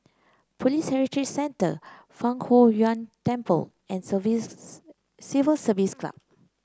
Police Heritage Centre Fang Huo Yuan Temple and Civil Service Club